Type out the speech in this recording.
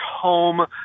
home